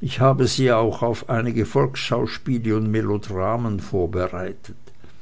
ich habe sie auch auf einige volksschauspiele und melodramen vorbereitet